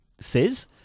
says